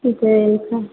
क्योंकि ऐसा